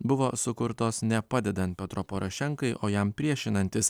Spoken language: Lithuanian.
buvo sukurtos ne padedant petro porošenkai o jam priešinantis